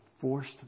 forced